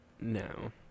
no